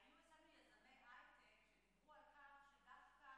היו אצלנו יזמי הייטק שדיברו על כך שדווקא